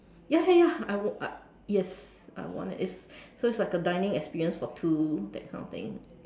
ya ya ya I w~ uh yes I won it it's so it's like a dining experience for two that kind of thing